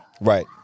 Right